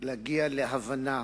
להגיע להבנה,